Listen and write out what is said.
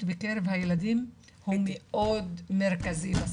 בקרב הילדים הוא מאוד מרכזי בסיפור.